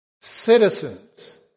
citizens